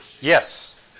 Yes